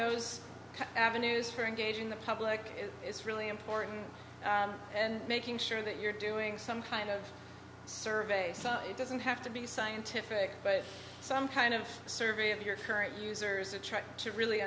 those avenues for engaging the public is really important and making sure that you're doing some kind of survey it doesn't have to be scientific but some kind of survey of your current users to try to really